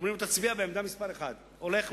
אומרים לו: תצביע בעמדה מס' 1. הולך,